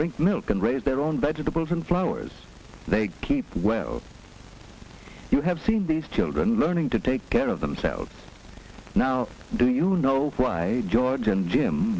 drink milk and raise their own vegetables and flowers they keep well you have seen these children learning to take care of themselves now do you know why george and jim